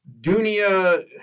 Dunia